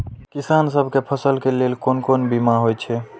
किसान सब के फसल के लेल कोन कोन बीमा हे छे?